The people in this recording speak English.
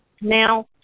Now